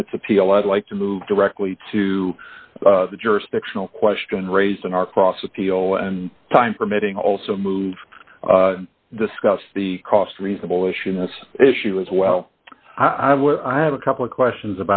and its appeal i'd like to move directly to the jurisdictional question raised in our cross appeal and time permitting also move discuss the cost reasonable issue of this issue as well i would i have a couple of questions